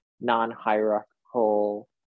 non-hierarchical